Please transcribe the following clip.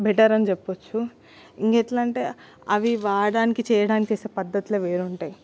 బెటరని చెప్పచ్చు ఇంకేట్లంటే అవి వాడడానికి చేయడానికి చేసే పద్ధతులె వేరుంటాయి